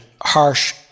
harsh